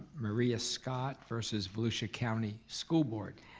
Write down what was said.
maria scott versus volusia county school board.